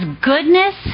goodness